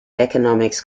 economics